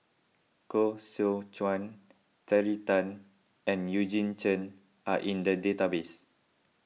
Koh Seow Chuan Terry Tan and Eugene Chen are in the database